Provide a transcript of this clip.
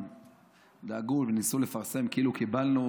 דאגו וניסו לפרסם כאילו קיבלנו